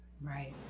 right